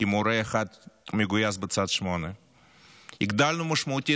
אם הורה אחד מגויס בצו 8. הגדלנו משמעותית